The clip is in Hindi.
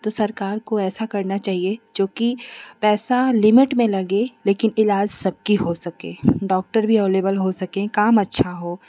तो सरकार को ऐसा करना चाहिए जोकि पैसा लिमिट में लगें लेकिन ईलाज सबकी हो सके डॉक्टर भी एभलेबल हो सकें काम अच्छा हो